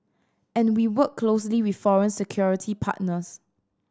and we work closely with foreign security partners